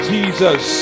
Jesus